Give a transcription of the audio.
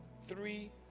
three